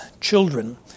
children